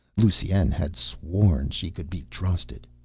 lusine had sworn she could be trusted.